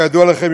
כידוע לכם,